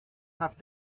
have